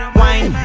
wine